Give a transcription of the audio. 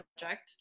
project